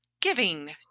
giving